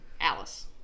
Alice